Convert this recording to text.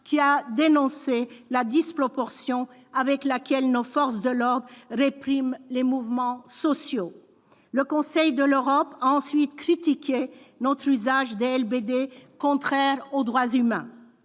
qui a dénoncé la disproportion avec laquelle nos forces de l'ordre répriment les mouvements sociaux. Le Conseil de l'Europe a ensuite critiqué notre usage des LBD, contraire aux droits humains.